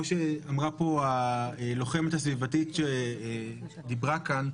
שאמרה פה הלוחמת הסביבתית שדיברה כאן,